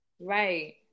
Right